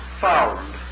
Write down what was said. found